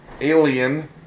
Alien